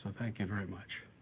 thank you very much.